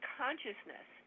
consciousness